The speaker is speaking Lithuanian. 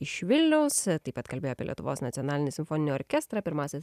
iš vilniaus taip pat kalbėjo apie lietuvos nacionalinį simfoninį orkestrą pirmąsias